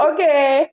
Okay